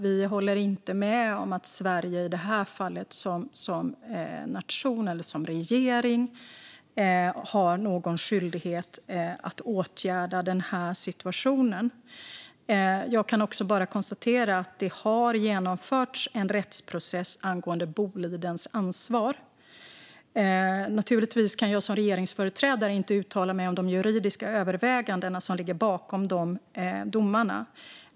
Vi håller inte med om att Sveriges regering eller Sveriges nation har någon skyldighet att åtgärda denna situation. Jag kan konstatera att det har genomförts en rättsprocess gällande Bolidens ansvar, och som regeringsföreträdare kan jag givetvis inte uttala mig om de juridiska överväganden som ligger bakom dessa domar.